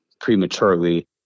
prematurely